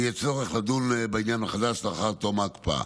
ויהיה צורך לדון בעניין מחדש לאחר תום ההקפאה.